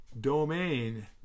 domain